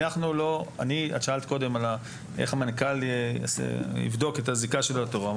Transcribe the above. את שאלת קודם על איך המנכ"ל יבדוק את הזיקה שלו לטרור.